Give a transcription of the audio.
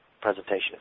presentation